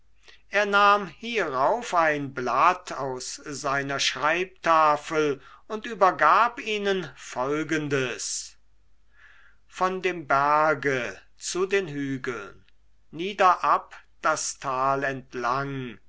er nahm hierauf ein blatt aus seiner schreibtafel und übergab ihnen folgendes von dem berge zu den hügeln niederab das tal entlang